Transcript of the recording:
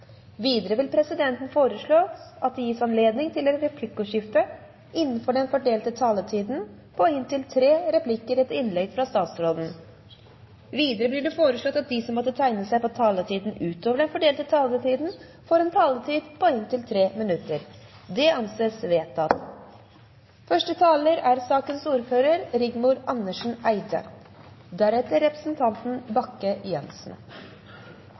Videre vil presidenten foreslå at det gis anledning til replikkordskifte på inntil tre replikker med svar etter innlegg fra statsråden innenfor den fordelte taletid. Videre blir det foreslått at de som måtte tegne seg på talerlisten utover den fordelte taletid, får en taletid på inntil 3 minutter. – Det anses vedtatt. Dette er